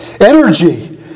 energy